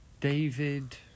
David